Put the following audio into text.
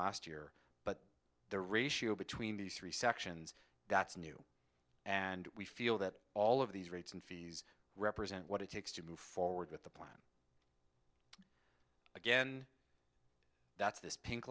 last year but the ratio between these three sections that's new and we feel that all of these rates and fees represent what it takes to move forward with the plan again that's